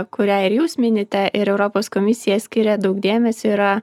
kurią jūs minite ir europos komisija skiria daug dėmesio yra